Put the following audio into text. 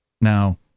Now